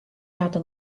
elada